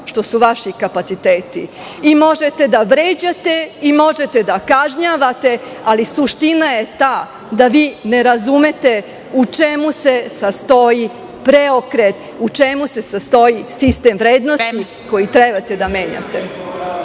što su vaši kapaciteti. Možete da vređate, i možete da kažnjavate, ali suština je ta da vi ne razumete u čemu se sastoji preokret, u čemu se sastoji sistem vrednosti koji treba da menjate.